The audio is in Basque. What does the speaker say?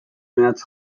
mehatz